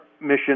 mission